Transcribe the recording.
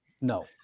no